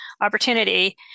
opportunity